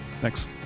Thanks